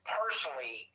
personally